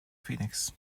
phoenix